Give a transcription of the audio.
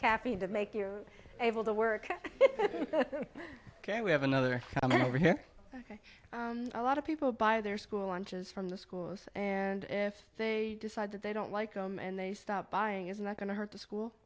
caffeine to make you able to work ok we have another i mean over here ok a lot of people buy their school lunches from the schools and if they decide that they don't like them and they stop buying is not going to hurt the school